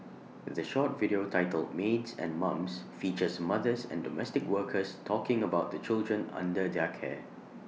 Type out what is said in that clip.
the short video titled maids and mums features mothers and domestic workers talking about the children under their care